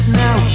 now